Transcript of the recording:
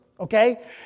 Okay